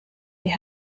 die